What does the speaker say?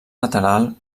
lateral